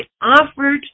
offered